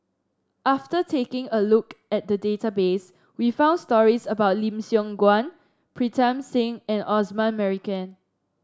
after taking a look at the database we found stories about Lim Siong Guan Pritam Singh and Osman Merican